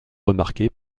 remarquée